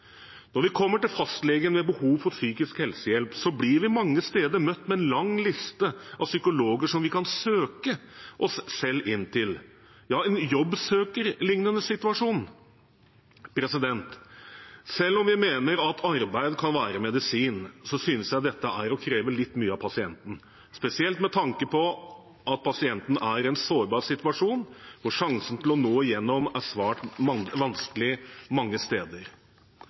Når vi kommer til fastlegen med behov for psykisk helsehjelp, blir vi mange steder møtt med en lang liste over psykologer vi kan søke oss selv inn til – ja, en jobbsøkerlignende situasjon. Selv om vi mener at arbeid kan være medisin, synes jeg dette er å kreve litt mye av pasienten, spesielt med tanke på at pasienten er i en sårbar situasjon, og at det å nå gjennom er svært vanskelig mange steder.